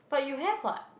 but you have [what]